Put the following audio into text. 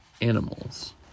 Animals